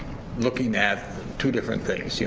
looking at two different things. yeah